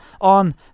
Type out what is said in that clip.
on